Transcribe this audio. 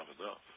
enough